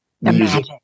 music